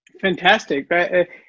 Fantastic